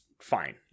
fine